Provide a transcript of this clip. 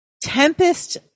Tempest